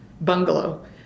bungalow